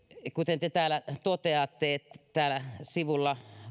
kuten te toteatte täällä sivulla